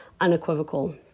unequivocal